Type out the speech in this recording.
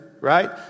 right